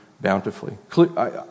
bountifully